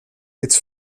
its